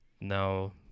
no